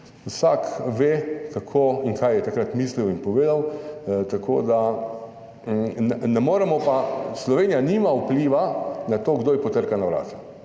Vsak ve, kako in kaj je takrat mislil in povedal. Tako, da… Ne moremo pa, Slovenija nima vpliva na to, kdo potrka na vrata,